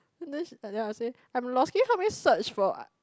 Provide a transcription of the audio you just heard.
goodness then then I'll say I'm lost can you help me search for what